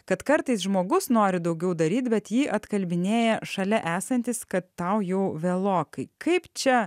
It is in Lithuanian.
kad kartais žmogus nori daugiau daryt bet jį atkalbinėja šalia esantys kad tau jau vėlokai kaip čia